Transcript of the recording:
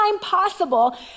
possible